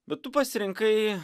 bet tu pasirinkai